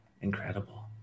incredible